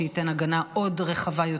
שתיתן הגנה עוד יותר רחבה,